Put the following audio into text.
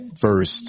first